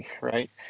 right